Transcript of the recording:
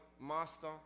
master